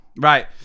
Right